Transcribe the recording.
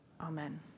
Amen